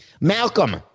Malcolm